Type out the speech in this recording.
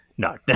No